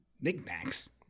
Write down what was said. Knickknacks